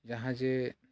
ᱡᱟᱦᱟᱸ ᱡᱮ